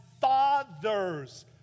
father's